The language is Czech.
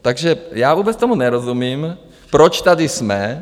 Takže já vůbec tomu nerozumím, proč tady jsme.